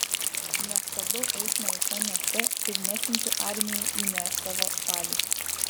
nestabdau eismo visam mieste ir nesiunčiu armijų į ne savo šalį